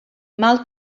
mal